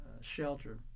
shelter